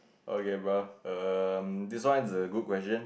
okay bruh um this one is a good question